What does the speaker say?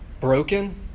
Broken